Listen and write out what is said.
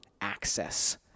access